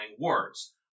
words